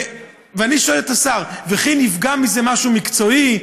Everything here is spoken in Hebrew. ואני שואל את השר: וכי נפגע מזה משהו מקצועי?